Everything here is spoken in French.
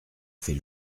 fait